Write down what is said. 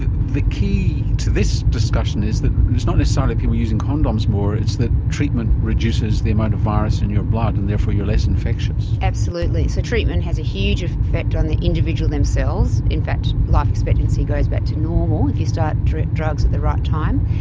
the the key to this discussion is that it's not necessarily people using condoms more, it's that treatment reduces the amount of virus in your blood and therefore you are less infectious. absolutely. so treatment has a huge effect on the individual themselves, in fact life expectancy goes back to normal if you start drugs drugs at the right time.